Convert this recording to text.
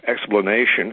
explanation